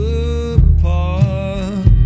apart